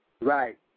Right